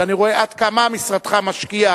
ואני רואה עד כמה משרדך משקיע,